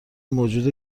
موجود